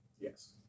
Yes